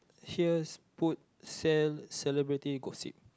heres put sell celebrity gossip